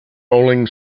rolling